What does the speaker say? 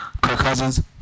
Cousins